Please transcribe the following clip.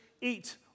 eat